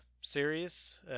series